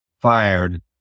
fired